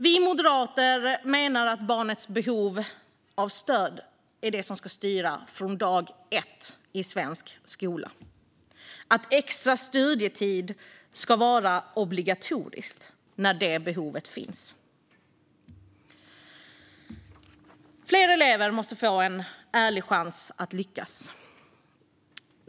Vi moderater menar att det är barnets behov av stöd som ska styra från dag ett i svensk skola. Extra studietid ska vara obligatoriskt när det behovet finns. Fler elever måste få en ärlig chans att lyckas.